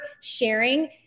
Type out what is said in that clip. sharing